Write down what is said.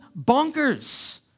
bonkers